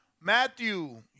Matthew